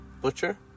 Butcher